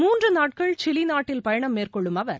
மூன்றுநாட்கள் சிலிநாட்டில் பயணம் மேற்கொள்ளும் அவர்